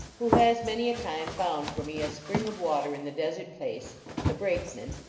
who has many a time found for me a spring of water in the desert place the brakeman,